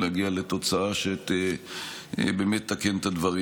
להגיע לתוצאה שתתקן את הדברים.